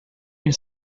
been